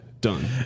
Done